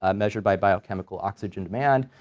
um measure by biochemical oxygen demand,